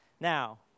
Now